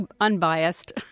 unbiased